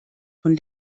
von